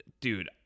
dude